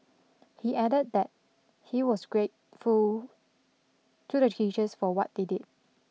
he added that he was grateful to the teachers for what they did